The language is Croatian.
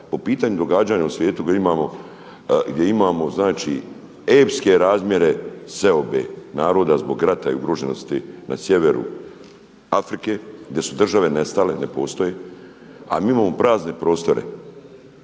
po pitanju događanja u svijetu gdje imamo znači epske razmjere seobe naroda zbog rata i ugroženosti na sjeveru Afrike gdje su države nestale, ne postoje a mi imamo prazne prostore.